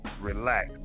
relax